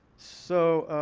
so